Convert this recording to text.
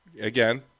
again